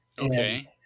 Okay